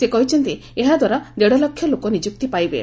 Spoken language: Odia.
ସେ କହିଛନ୍ତି ଏହାଦ୍ୱାରା ଦେଢ଼ଲକ୍ଷ ଲୋକ ନିଯୁକ୍ତି ପାଇବେ